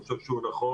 אני חושב שהוא נכון,